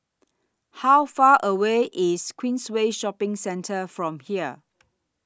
How Far away IS Queensway Shopping Centre from here